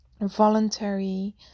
voluntary